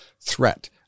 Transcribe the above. threat